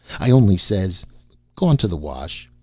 i only says gone to the wash.